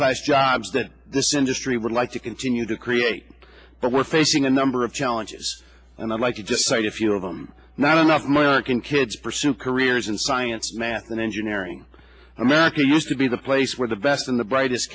class jobs that this industry would like to continue to create but we're facing a number of challenges and the like you just say a few of them not enough money are can kids pursue careers in science math and engineering america used to be the place where the best and the brightest